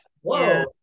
whoa